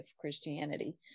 Christianity